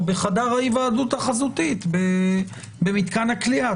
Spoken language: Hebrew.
בחדר ההיוועדות החזותית במתקן הכליאה.